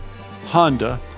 Honda